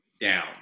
Down